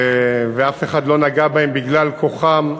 ואף אחד לא נגע בהם בגלל כוחם,